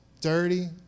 dirty